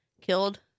killed